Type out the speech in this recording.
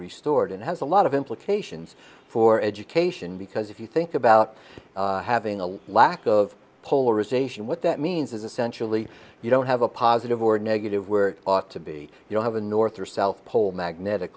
restored and has a lot of implications for education because if you think about having a lack of polarization what that means is essentially you don't have a positive or negative where ought to be you don't have a north or south pole magnetic